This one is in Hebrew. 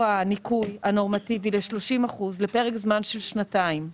הניכוי הנורמטיבי ל-30% לפרק זמן של שנתיים.